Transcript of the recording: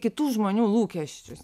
kitų žmonių lūkesčius